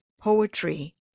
poetry